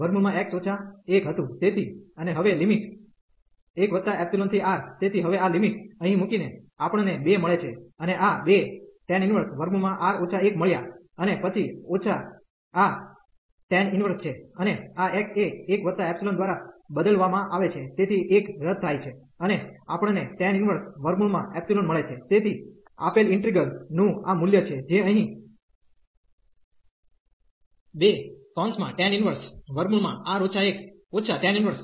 તેથી અને હવે લિમિટ 1ϵ થી R તેથી હવે આ લિમિટ અહીં મૂકીને આપણને 2 મળે છે અને આ 2R 1 મળ્યા અને પછી ઓછા આ tan ઇન્વર્સ છે અને આ x એ 1ϵ દ્વારા બદલવામાં આવે છે તેથી 1 રદ થાય છે અને આપણ ને મળે છે તેથી આપેલ ઇન્ટિગ્રેલ નું આ મૂલ્ય છે જે અહીં 2R 1